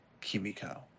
Kimiko